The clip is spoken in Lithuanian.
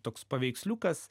toks paveiksliukas